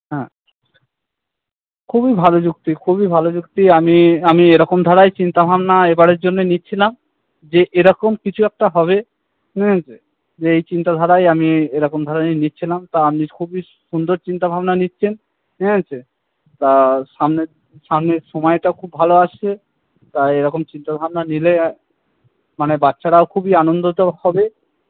হ্যাঁ খুবই ভালো যুক্তি খুবই ভালো যুক্তি আমি আমি এরকম ধারাই চিন্তাভাবনা এবারের জন্যে নিচ্ছিলাম যে এরকম কিছু একটা হবে ঠিক আছে যে এই চিন্তাধারাই আমি এরকম ধরনের নিচ্ছিলাম তা আপনি খুবই সুন্দর চিন্তাভাবনা নিচ্ছেন ঠিক আছে তা সামনের সামনের সময়টাও খুব ভালো আসছে তা এইরকম চিন্তাভাবনা নিলে মানে বাচ্চারাও খুবই আনন্দিত হবে